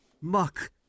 Muck